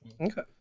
Okay